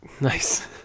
Nice